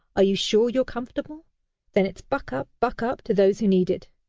are you sure you're comfortable then it's buck up! buck up to those who need it.